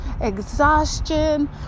exhaustion